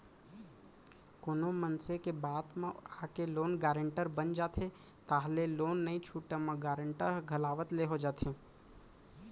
कोनो मनसे के बात म आके लोन गारेंटर बन जाथे ताहले लोन नइ छूटे म गारेंटर ह घलावत ले हो जाथे